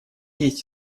есть